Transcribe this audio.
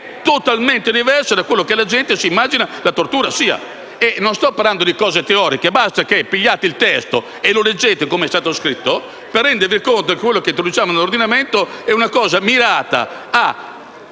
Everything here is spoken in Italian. è totalmente diversa da quello che la gente si immagina sia la tortura. Non sto parlando di cose teoriche: è sufficiente che prendiate il testo e lo leggiate per come è stato scritto per rendervi conto che ciò che introduciamo nell'ordinamento è una cosa mirata a